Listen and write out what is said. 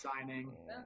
signing